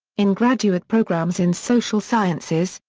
in graduate programs in social sciences,